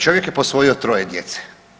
Čovjek je posvojio troje djece.